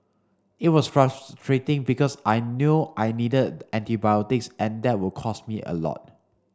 it was frustrating because I knew I needed antibiotics and that would cost me a lot